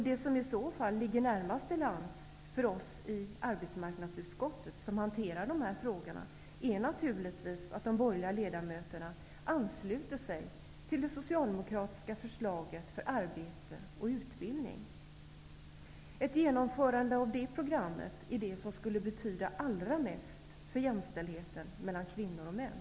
Det som i så fall ligger närmast till hands i arbetsmarknadsutskottet, som hanterar de här frågorna, är naturligtvis att de borgerliga ledamöterna ansluter sig till det socialdemokratiska förslaget för arbete och utbildning. Ett genomförande av det programmet är det som skulle betyda allra mest för jämställdheten mellan kvinnor och män.